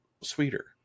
sweeter